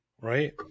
right